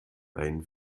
dein